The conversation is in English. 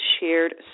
shared